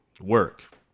work